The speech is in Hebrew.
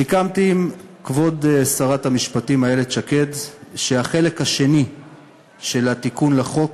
סיכמתי עם כבוד שרת המשפטים איילת שקד שהחלק השני של התיקון לחוק,